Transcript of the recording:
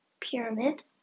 pyramid